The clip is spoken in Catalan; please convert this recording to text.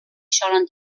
solen